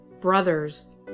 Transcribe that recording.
brothers